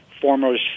former